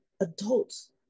Adults